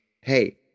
hey